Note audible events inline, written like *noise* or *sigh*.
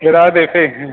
ஏதாவது *unintelligible*